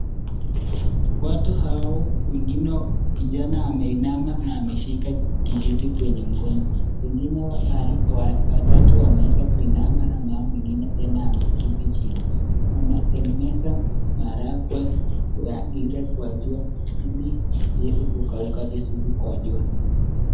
Watu hao, wengine kijana ameinama na ameketi ameshika kijiti kwenye mkono. wengine watatu wameweza kuinama na mama mwengine tena ameketi chini. Wanatengeneza maharagwe kwa giza kwa jua ili iweze kukauka vizuri kwa jua.